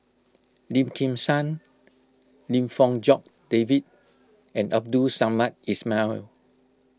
Lim Kim San Lim Fong Jock David and Abdul Samad Ismail